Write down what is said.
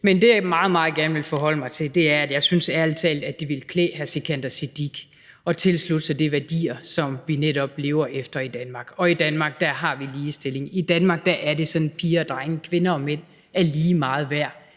meget, meget gerne vil forholde mig til, er, at jeg ærlig talt synes, at det ville klæde hr. Sikandar Siddique at tilslutte sig de værdier, som vi netop lever efter i Danmark, og i Danmark har vi ligestilling, i Danmark er det sådan, at piger og drenge, kvinder og mænd er lige meget værd.